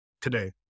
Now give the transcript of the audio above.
today